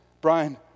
Brian